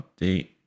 Update